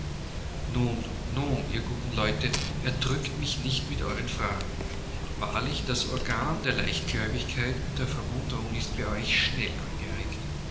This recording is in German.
nun nun ihr guten leute erdrückt mich nicht mit euren fragen wahrlich das organ der leichtgläubigkeit und der verwunderung ist bei euch schnell angeregt